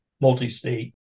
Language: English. multi-state